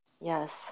yes